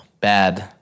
Bad